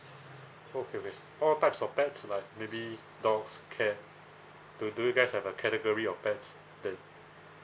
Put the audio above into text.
okay okay all types of pets like maybe dogs cat do do you guys have a category of pets that